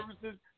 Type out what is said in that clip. services